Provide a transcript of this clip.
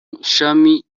ishami